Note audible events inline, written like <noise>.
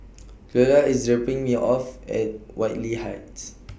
<noise> Cleola IS dropping Me off At Whitley Heights